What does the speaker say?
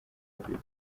abeba